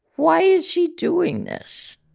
why is she doing this?